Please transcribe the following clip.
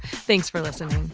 thanks for listening.